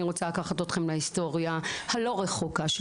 אני רוצה לקחת אתכם להיסטוריה הלא-רחוקה של